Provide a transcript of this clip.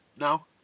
now